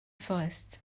forest